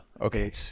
Okay